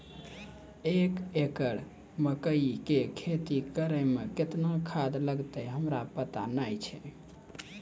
एक एकरऽ मकई के खेती करै मे केतना खाद लागतै हमरा पता नैय छै?